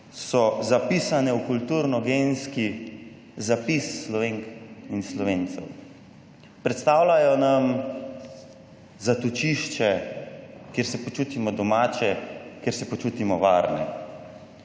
so zapisane v kulturni genski zapis Slovenk in Slovencev. Predstavljajo nam zatočišče, kjer se počutimo domače, kjer se počutimo varne